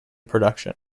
production